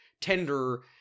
tender